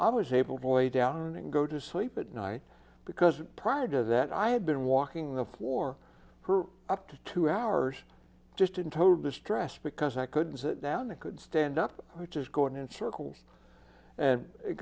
i was able to lay down and go to sleep at night because prior to that i had been walking the floor her up to two hours just in total distress because i couldn't sit down and could stand up which is going in circles and it